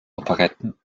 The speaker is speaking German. operetten